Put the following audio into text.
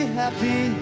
happy